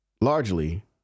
largely